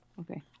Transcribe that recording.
okay